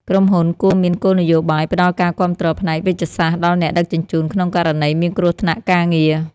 ក្រុមហ៊ុនគួរមានគោលនយោបាយផ្ដល់ការគាំទ្រផ្នែកវេជ្ជសាស្ត្រដល់អ្នកដឹកជញ្ជូនក្នុងករណីមានគ្រោះថ្នាក់ការងារ។